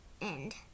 end